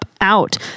out